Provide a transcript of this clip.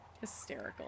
Hysterical